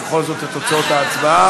בכל זאת, את תוצאות ההצבעה.